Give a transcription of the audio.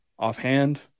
offhand